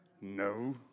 No